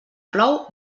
plou